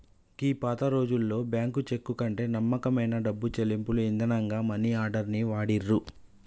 గీ పాతరోజుల్లో bank cheque కంటే నమ్మకమైన డబ్బు చెల్లింపుల ఇదానంగా మనీ ఆర్డర్ ని వాడిర్రు